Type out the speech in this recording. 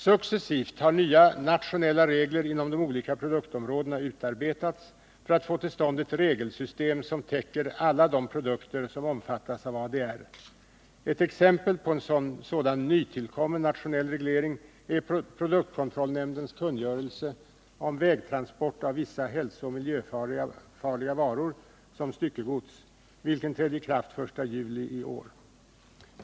Successivt har nya nationella regler inom de olika produktområdena utarbetats för att få till stånd ett regelsystem som täcker alla de produkter som omfattas av ADR. Ett exempel på en sådan nytillkommen nationell reglering är produktkontrollnämndens kungörelse om vägtransport av vissa hälsooch miljöfarliga varor som styckegods, vilken trädde i kraft den 1 juli i år.